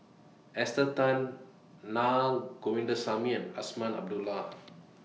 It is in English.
Esther Tan Naa Govindasamy and Azman Abdullah